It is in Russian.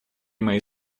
моей